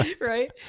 Right